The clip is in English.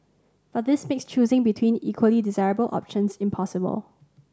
but this makes choosing between equally desirable options impossible